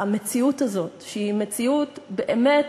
כל עוד השר המשיב לא פה,